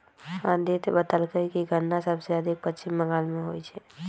अदित्य बतलकई कि गन्ना सबसे अधिक पश्चिम बंगाल में होई छई